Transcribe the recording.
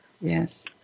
Yes